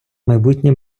майбутнє